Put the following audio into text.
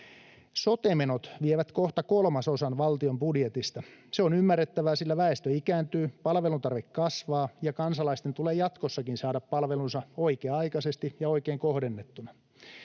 Sote-menot vievät kohta kolmasosan valtion budjetista. Se on ymmärrettävää, sillä väestö ikääntyy, palveluntarve kasvaa ja kansalaisten tulee jatkossakin saada palvelunsa oikea-aikaisesti ja oikein kohdennettuna.